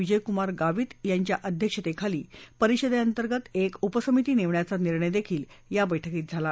विजयकुमार गावित यांच्या अध्यक्षतेखाली परिषदेअंतर्गत एक उपसमिती नेमण्याचा निर्णयही या बैठकीत झाला